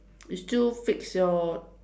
you still fix your